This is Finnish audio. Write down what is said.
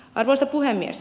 arvoisa puhemies